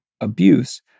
abuse